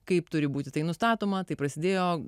kaip turi būti tai nustatoma tai prasidėjo